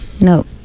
No